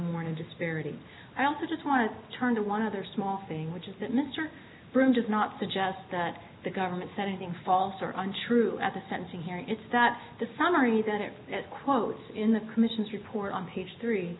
morning disparity i also just want to turn to one other small thing which is that mr broom does not suggest that the government said anything false or untrue at the sentencing hearing it's that the summary that it quotes in the commission's report on page three